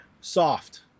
soft